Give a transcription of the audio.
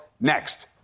next